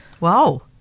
Wow